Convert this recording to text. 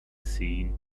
seen